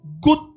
good